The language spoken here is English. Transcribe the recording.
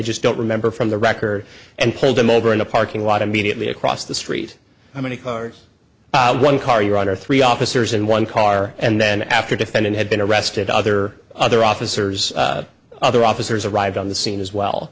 just don't remember from the record and pulled them over in a parking lot of mediately across the street how many cars one car you're under three officers in one car and then after defendant had been arrested other other officers other officers arrived on the scene as well